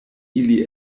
ili